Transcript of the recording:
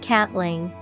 Catling